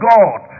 God